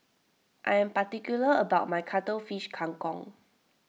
I am particular about my Cuttlefish Kang Kong